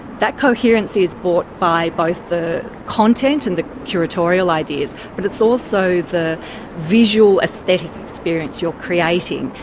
that coherence is bought by both the content and the curatorial ideas, but it's also the visual aesthetic experience you're creating,